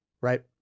right